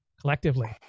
collectively